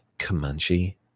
Comanche